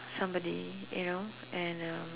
somebody you know and uh